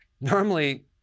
normally